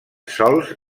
sòls